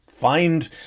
Find